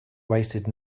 wasted